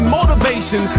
motivation